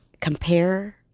compare